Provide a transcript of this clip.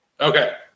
Okay